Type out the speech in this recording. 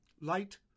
Light